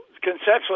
conceptually